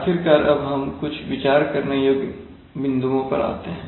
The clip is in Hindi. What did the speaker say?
आखिरकार अब हम कुछ विचार करने योग्य बिंदुओं पर आते हैं